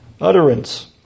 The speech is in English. utterance